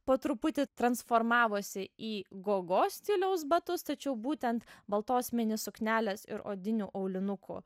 po truputį transformavosi į gogo stiliaus batus tačiau būtent baltos mini suknelės ir odinių aulinukų